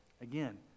Again